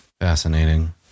Fascinating